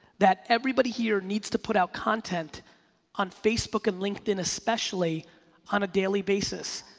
that everybody here needs to put out content on facebook and linkedin especially on a daily basis.